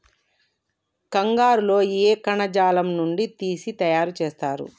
కంగారు లో ఏ కణజాలం నుండి తీసి తయారు చేస్తారు?